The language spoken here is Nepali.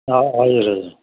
अँ हजुर हजुर